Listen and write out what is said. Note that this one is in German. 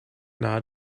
nahe